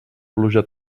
pluja